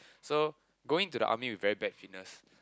so going into the army with very bad fitness